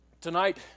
tonight